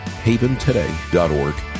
HavenToday.org